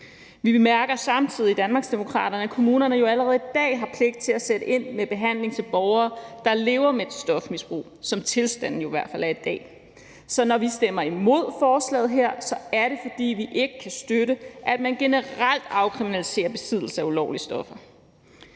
Vi bemærker samtidig i Danmarksdemokraterne, at kommunerne jo allerede i dag har pligt til at sætte ind med behandling til borgere, der lever med et stofmisbrug, i hvert fald som tilstanden er i dag. Så når vi stemmer imod forslaget her, er det, fordi vi ikke kan støtte, at man generelt afkriminaliserer besiddelse af ulovlige stoffer.